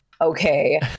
okay